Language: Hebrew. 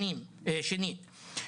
שנית,